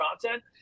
content